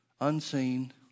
unseen